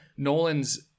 Nolan's